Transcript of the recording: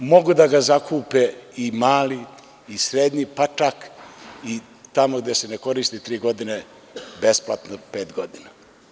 Mogu da ga zakupe mali, srednji, pa čak i tamo gde se ne koristi tri godine besplatno pet godina.